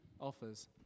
offers